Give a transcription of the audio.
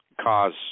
cause